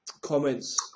comments